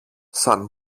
σαν